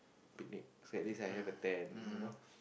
picnic so at least I have a tent you know